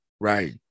Right